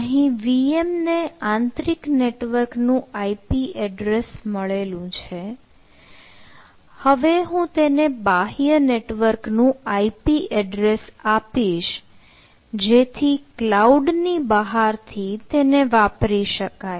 અહીં VM ને આંતરિક નેટવર્કનું IP એડ્રેસ મળેલું છે હવે હું તેને બાહ્ય નેટવર્ક નું આઇપી એડ્રેસ આપીશ જેથી તેને ક્લાઉડ ની બહારથી વાપરી શકાય